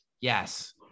Yes